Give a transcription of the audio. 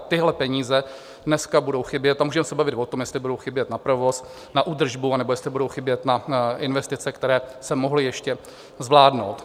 Tyhle peníze dneska budou chybět, a můžeme se bavit o tom, jestli budou chybět na provoz, na údržbu nebo jestli budou chybět na investice, které se mohly ještě zvládnout.